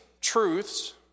truths